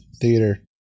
theater